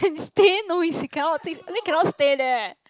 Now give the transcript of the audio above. stay no it's I think cannot stay there eh